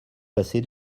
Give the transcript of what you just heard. passer